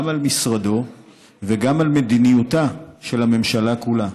על משרדו וגם על מדיניותה של הממשלה כולה.